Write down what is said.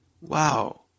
Wow